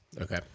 Okay